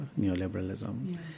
neoliberalism